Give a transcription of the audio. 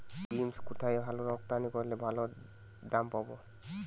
Beans কোথায় রপ্তানি করলে ভালো দাম পাব?